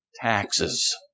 taxes